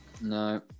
no